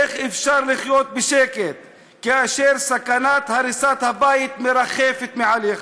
איך אפשר לחיות בשקט כאשר סכנת הריסת הבית מרחפת מעליך?